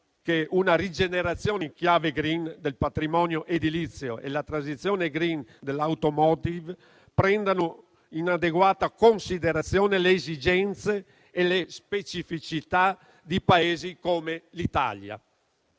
che una rigenerazione in chiave *green* del patrimonio edilizio e la transizione *green* dell'*automotive* prendano in adeguata considerazione le esigenze e le specificità di Paesi come l'Italia.